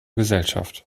gesellschaft